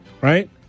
right